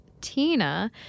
Tina